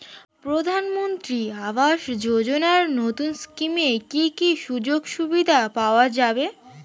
প্রধানমন্ত্রী আবাস যোজনা নতুন স্কিমে কি কি সুযোগ সুবিধা পাওয়া যাবে?